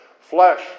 flesh